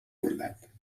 bondat